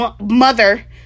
mother